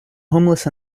homeless